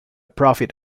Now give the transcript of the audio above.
profit